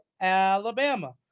Alabama